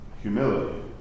humility